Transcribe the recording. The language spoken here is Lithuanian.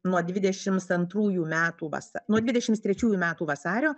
nuo dvidešimts antrųjų metų vasa nuo dvidešimts trečiųjų metų vasario